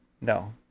No